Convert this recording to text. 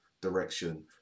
direction